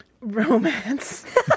Romance